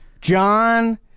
John